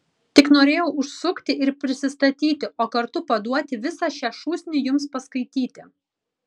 tik norėjau užsukti ir prisistatyti o kartu paduoti visą šią šūsnį jums paskaityti